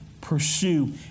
pursue